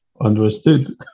understood